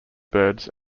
birds